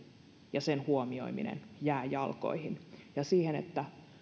ja sen huomioiminen jäävät jalkoihin ja siihen että